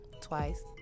twice